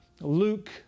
Luke